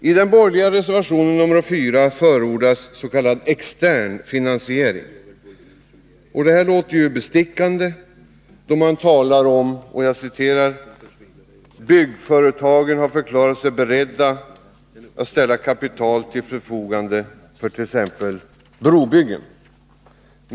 I den borgerliga reservationen nr 4 förordas s.k. extern finansiering. Det låter ju bestickande då man talar om att ”byggföretagen förklarat sig beredda att ställa kapital till förfogande” för t.ex. brobyggen.